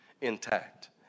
intact